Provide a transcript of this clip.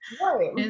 Right